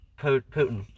Putin